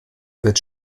wird